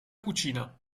cucina